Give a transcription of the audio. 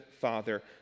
Father